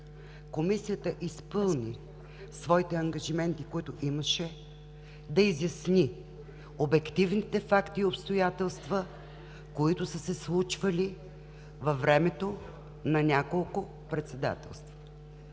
Комисията изпълни своите ангажименти, които имаше – да изясни обективните факти и обстоятелства, които са се случвали във времето на няколко председателства.